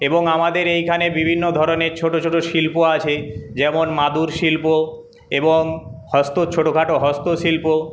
এবং আমাদের এইখানে বিভিন্ন ধরণের ছোটো ছোটো শিল্প আছে যেমন মাদুর শিল্প এবং হস্ত ছোটো খাটো হস্তশিল্প